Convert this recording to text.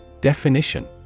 Definition